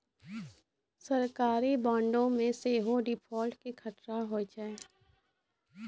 सरकारी बांडो मे सेहो डिफ़ॉल्ट के खतरा होय छै